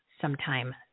sometime